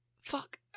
Fuck